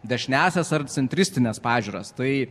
dešiniąsias ar centristines pažiūras tai